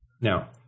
Now